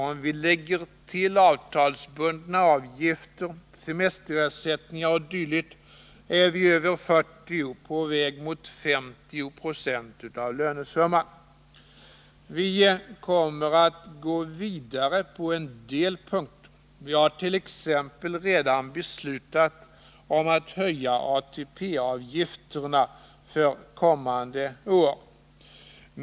Om vi lägger till avtalsbundna avgifter, semesterersättningar o. d. är de över 40, på väg mot 50 26 av lönesumman. Vi kommer att gå vidare på en del punkter. Vi hart.ex. redan beslutat om att höja ATP-avgifterna för kommande år.